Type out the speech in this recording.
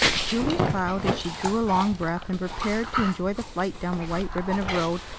julia cloud, as she drew a long breath and prepared, to enjoy the flight down the white ribbon of road,